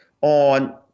on